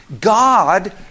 God